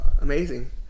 amazing